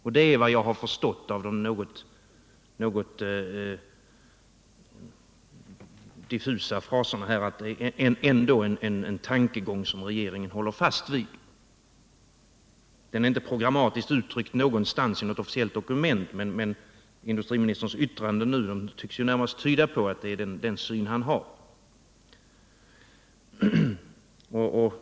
Av de något diffusa fraserna här har jag förstått att detta ändå är en tankegång som regeringen håller fast vid. Den är inte programmatiskt uttryckt i något officiellt dokument, men industriministerns yttrande nu tycks närmast tyda på att det är den syn industriministern har.